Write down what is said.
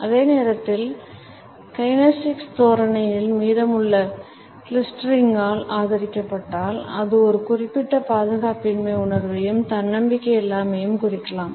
அதே நேரத்தில் கினெசிக்ஸ் தோரணையின் மீதமுள்ள கிளஸ்டரிங்கால் ஆதரிக்கப்பட்டால் அது ஒரு குறிப்பிட்ட பாதுகாப்பின்மை உணர்வையும் தன்னம்பிக்கை இல்லாமையையும் குறிக்கலாம்